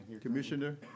Commissioner